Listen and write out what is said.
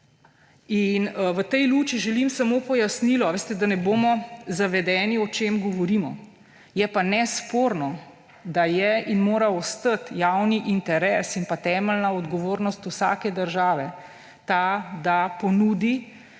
V tej luči želim samo pojasnilo, veste, da ne bomo zavedeni, o čem govorimo. Je pa nesporno, da je in mora ostati javni interes in pa temeljna odgovornost vsake države ta, da ponudi